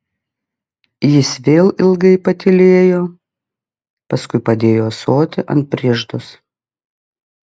jis vėl ilgai patylėjo paskui padėjo ąsotį ant prieždos